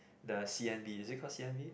the C_N_B is it call C_N_B